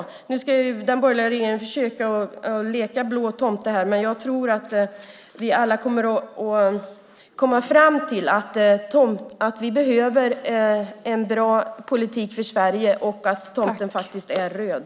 Den borgerliga regeringen ska nu försöka att leka blå tomte. Men jag tror att vi alla kommer att komma fram till att vi behöver en bra politik för Sverige och att tomten faktiskt är röd.